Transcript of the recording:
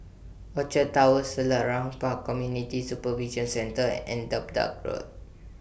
Orchard Towers Selarang Park Community Supervision Centre and Dedap Road